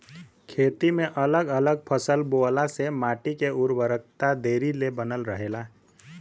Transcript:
खेती में अगल अलग फसल बोअला से माटी के उर्वरकता देरी ले बनल रहेला